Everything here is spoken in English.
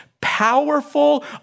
powerful